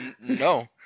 no